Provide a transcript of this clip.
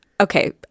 okay